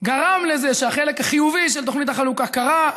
גרם לזה שהחלק החיובי של תוכנית החלוקה קרה,